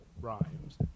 Rhymes